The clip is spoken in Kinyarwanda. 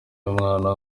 y’umwana